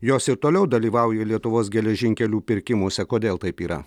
jos ir toliau dalyvauja lietuvos geležinkelių pirkimuose kodėl taip yra